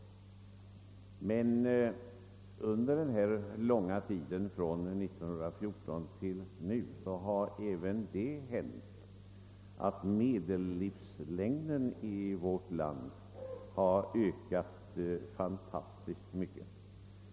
Under den långa tid som gått sedan 1914 har medellivslängden i vårt land ökat mycket kraftigt.